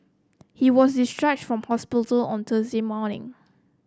he was discharged from hospital on Thursday morning